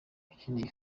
ukina